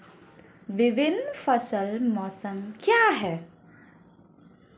विभिन्न फसल मौसम क्या हैं?